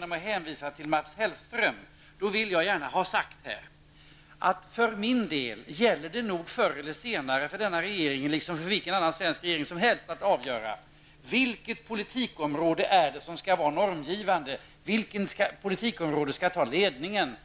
hon hänvisar då till Mats Hellström. Därför vill jag för min del gärna ha sagt här att det gäller för regeringen, vilken regering vi än har, att avgöra vilket politiskt område som skall vara normgivande, som skall ta ledningen.